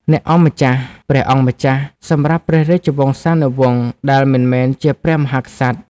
អ្នកអង្គម្ចាស់ ព្រះអង្គម្ចាស់ សម្រាប់ព្រះរាជវង្សានុវង្សដែលមិនមែនជាព្រះមហាក្សត្រ។